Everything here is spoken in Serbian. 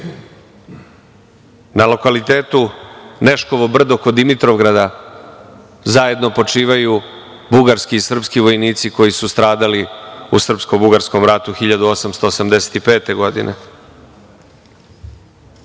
lokalitetu Neškovo brdo kod Dimitrovgrada zajedno počivaju bugarski i srpski vojnici koji su stradali u srpsko-bugarskom ratu 1885. godine. Postoji